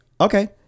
Okay